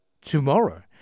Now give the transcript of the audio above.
tomorrow